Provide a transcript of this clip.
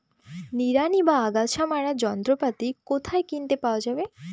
নিড়ানি বা আগাছা মারার যন্ত্রপাতি কোথায় কিনতে পাওয়া যাবে?